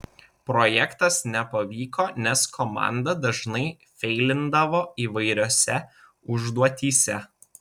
projektas nepavyko nes komanda dažnai feilindavo įvairiose užduotyse